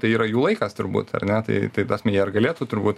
tai yra jų laikas turbūt ar ne tai tai tasme jie ir galėtų turbūt